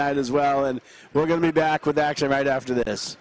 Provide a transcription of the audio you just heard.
tonight as well and we're going to be back with actually right after this